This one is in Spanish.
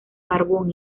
carbón